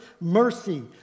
mercy